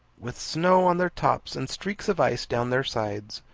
with snow on their tops, and streaks of ice down their sides.